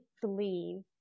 believe